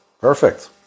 perfect